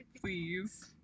please